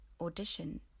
audition